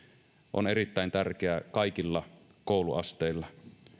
on erittäin tärkeää kaikilla kouluasteilla